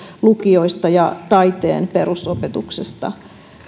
lukioista ja taiteen perusopetuksesta